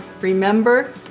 Remember